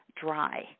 dry